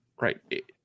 right